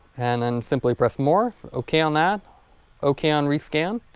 and then simply press more ok on that ok on rescan